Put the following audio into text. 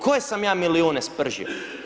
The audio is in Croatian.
Koje sam ja milijune spržio?